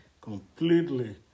completely